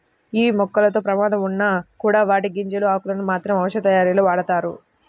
యీ మొక్కలతో ప్రమాదం ఉన్నా కూడా వాటి గింజలు, ఆకులను మాత్రం ఔషధాలతయారీలో వాడతారు